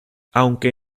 aunque